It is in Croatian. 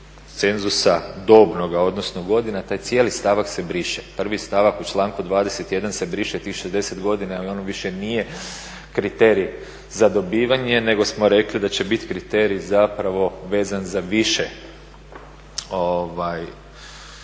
cenzusa dobnoga odnosno godina, taj cijeli stavak se briše. Prvi stavak u članku 21. se briše tih 60 godina jer ono više nije kriterij za dobivanje nego smo rekli da će bit kriterij zapravo vezan za više